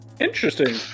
Interesting